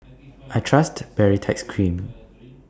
I Trust Baritex Cream